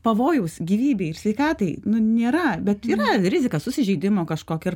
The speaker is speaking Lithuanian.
pavojaus gyvybei ir sveikatai nu nėra bet yra rizika susižeidimo kažkokio ar